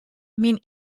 myn